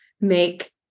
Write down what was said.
make